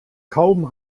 kaum